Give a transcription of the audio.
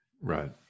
Right